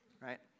right